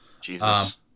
Jesus